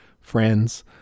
friends